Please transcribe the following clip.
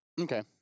Okay